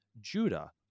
Judah